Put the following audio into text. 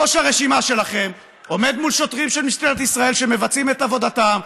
ראש הרשימה שלכם עומד מול שוטרים של משטרת ישראל שמבצעים את עבודתם.